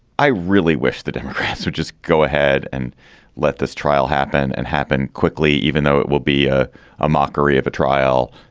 i really wish the democrats would just go ahead and let this trial happen and happen quickly, even though it will be a a mockery of a trial.